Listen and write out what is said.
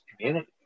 community